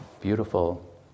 beautiful